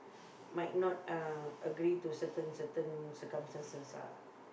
might not uh agree to certain certain circumstances lah